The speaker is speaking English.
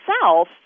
South